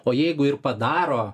o jeigu ir padaro